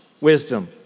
wisdom